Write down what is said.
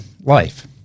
life